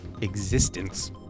existence